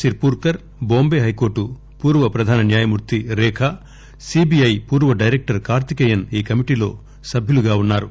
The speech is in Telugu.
సిర్పూర్కర్ బొంబే హైకోర్టు పూర్వ ప్రధాన న్యాయమూర్తి రేఖ సీబీఐ పూర్వ డైరెక్టర్ కార్తికేయన్ ఈ కమిటీలో సభ్యులుగా ఉన్నారు